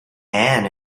ann